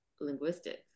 linguistics